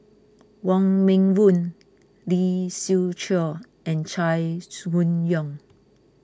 Wong Meng Voon Lee Siew Choh and Chai Hon Yoong